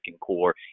core